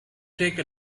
take